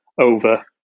over